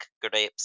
grapes